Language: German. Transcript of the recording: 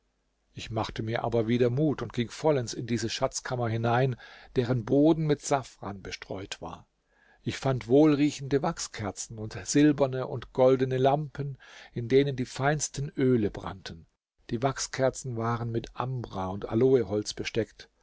ich machte mir aber wieder mut und ging vollends in diese schatzkammer hinein deren boden mit safran bestreut war ich fand wohlriechende wachskerzen und silberne und goldene lampen in denen die feinsten öle brannten die wachskerzen waren mit ambra und aloeholz besteckt